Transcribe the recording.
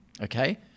okay